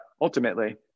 ultimately